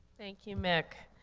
thank you, mick.